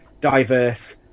diverse